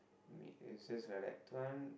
meet is just like that two thousand